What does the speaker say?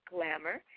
Glamour